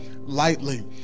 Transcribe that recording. lightly